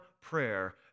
prayer